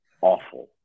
awful